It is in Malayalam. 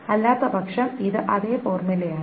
അല്ലാത്തപക്ഷം ഇത് അതേ ഫോർമുലയാണ്